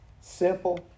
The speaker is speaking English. simple